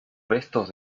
restos